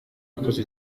akoze